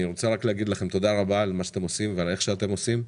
אני רוצה רק להגיד לכם תודה רבה על מה שאתם עושים ועל איך שאתם עושים,